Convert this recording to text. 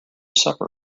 supper